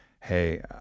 hey